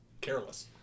careless